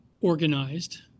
organized